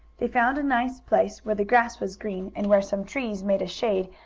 they found a nice place, where the grass was green, and where some trees made a shade,